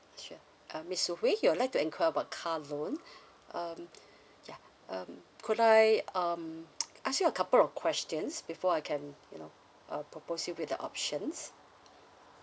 sure um miss soo hwei you would like to inquire about car loan um yeah um could I um ask you a couple of questions before I can you know uh propose you with the options